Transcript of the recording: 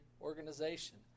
organization